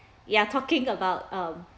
you're talking about um